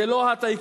זה לא הטייקונים.